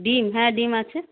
ডিম হ্যাঁ ডিম আছে